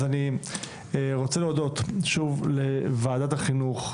אז אני רוצה להודות שוב לוועדת החינוך,